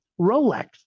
Rolex